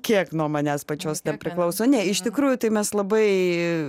kiek nuo manęs pačios dar priklauso ne iš tikrųjų tai mes labai